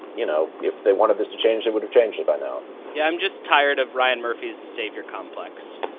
you know, if they wanted this to change, they would've changed by now yeah, i'm just tired of ryan murphy's savior complex.